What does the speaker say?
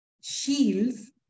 shields